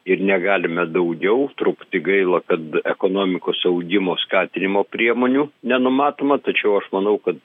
ir negalime daugiau truputį gaila kad ekonomikos augimo skatinimo priemonių nenumatoma tačiau aš manau kad